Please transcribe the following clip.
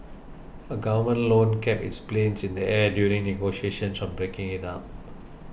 a government loan kept its planes in the air during negotiations on breaking it up